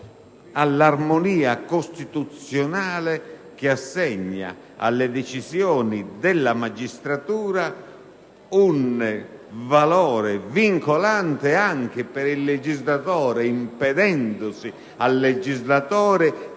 all'armonia costituzionale che assegna alle decisioni della magistratura un valore vincolante anche per il legislatore, a cui si impedisce